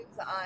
on